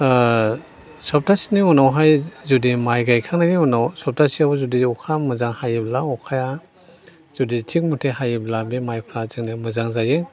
सबताहसेनि उनावहाय जुदि माइ गायखांनायनि उनाव सबताहसेयाव जुदि अखा मोजां हायोब्ला अखाया जुदि थिग मथे हायोब्ला बे माइफोरा जोंनिया मोजां जायो